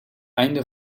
einde